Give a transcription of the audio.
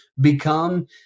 become